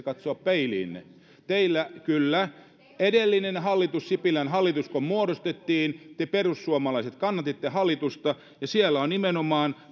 katsoa peiliinne kyllä kun edellinen hallitus sipilän hallitus muodostettiin te perussuomalaiset kannatitte hallitusta ja siellä on nimenomaan